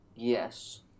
yes